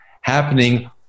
happening